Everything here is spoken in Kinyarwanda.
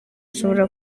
ashobora